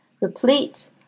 Replete